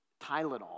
Tylenol